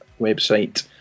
website